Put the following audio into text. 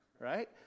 right